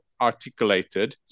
articulated